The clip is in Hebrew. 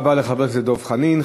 תודה רבה לחבר הכנסת דב חנין.